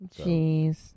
Jeez